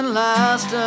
last